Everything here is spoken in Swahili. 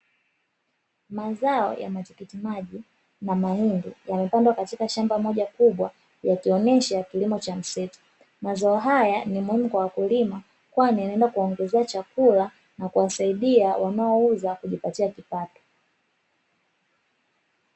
Mazao ya matikiti maji na mahindi, yamepandwa katika shamba moja kubwa yakionesha kilimo cha msitu. Mazao haya ni muhimu kwa wakulima kwani yanaenda kuwaongezea chakula na kuwasaidia wanaouza kujipatia kipato.